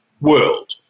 world